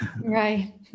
Right